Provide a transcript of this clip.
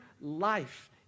life